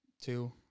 Two